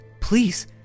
please